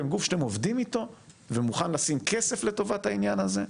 והם גוף שאתם עובדים איתו ומוכן לשים כסף לטובת העניין הזה.